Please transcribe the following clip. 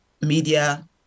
media